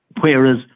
whereas